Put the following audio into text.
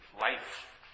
life